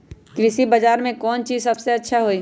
कृषि बजार में कौन चीज सबसे अच्छा होई?